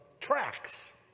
tracks